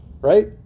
right